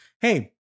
hey